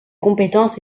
compétences